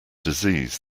disease